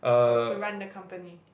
err to run the company